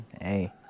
hey